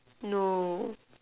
no